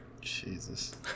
Jesus